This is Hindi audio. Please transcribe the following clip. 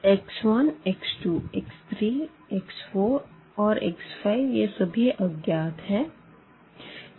x1 x2 x3 x4 and x5 यह सभी अज्ञात है